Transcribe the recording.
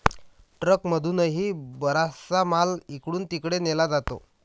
ट्रकमधूनही बराचसा माल इकडून तिकडे नेला जातो